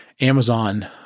Amazon